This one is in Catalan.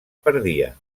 perdia